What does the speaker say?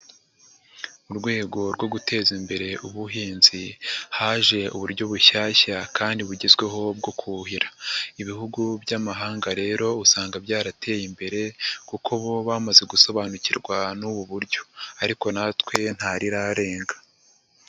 Mu rwego rwo guteza imbere ubuhinzi haje uburyo bushyashya kandi bugezweho bwo kuhira. Ibihugu by'amahanga rero usanga byarateye imbere kuko bo bamaze gusobanukirwa n'ubu buryo ariko natwe ntarirarenga.